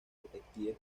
detectives